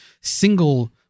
single